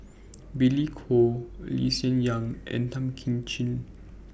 Billy Koh Lee Hsien Yang and Tan Kim Ching